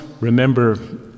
remember